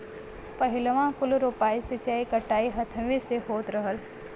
पहिलवाँ कुल रोपाइ, सींचाई, कटाई हथवे से होत रहल